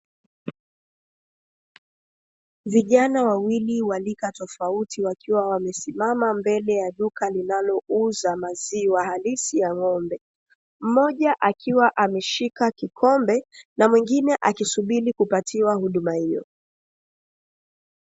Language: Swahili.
Vijana wawili wa rika tofauti wakiwa wamesimama mbele ya duka linalouza maziwa halisi ya ng'ombe, mmoja akiwa ameshika kikombe na mwingine akisubiri kupatiwa huduma hiyo.